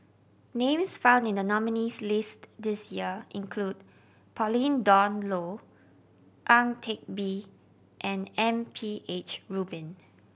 names found in the nominees' list this year include Pauline Dawn Loh Ang Teck Bee and M P H Rubin